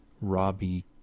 Robbie